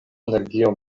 energio